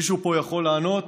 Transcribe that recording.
מישהו פה יכול לענות?